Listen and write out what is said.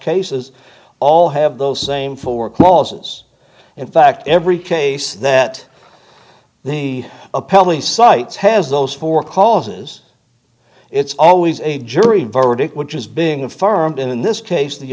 cases all have those same four clauses in fact every case that the appellee cites has those four causes it's always a jury verdict which is being affirmed in this case the